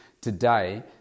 today